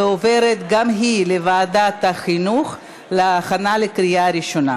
ועוברת גם היא לוועדת החינוך להכנה לקריאה ראשונה.